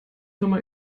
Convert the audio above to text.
firma